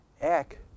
Eck